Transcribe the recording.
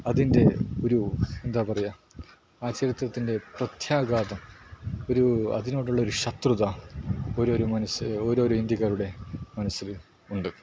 അതിൻ്റെ ഒരു എന്താണ് പറയുക ആ ചരിത്രത്തിൻ്റെ പ്രത്യാഘാതം ഒരു അതിനോടുള്ള ഒരു ശത്രുത ഓരോരോ മനസ്സ് ഓരോരോ ഇന്ത്യക്കാരുടെ മനസ്സിൽ ഉണ്ട്